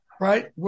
right